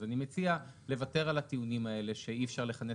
אז אני מציע לוותר על הטיעונים האלה שאי אפשר לכנס